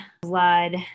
blood